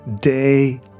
day